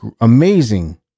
amazing